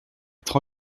être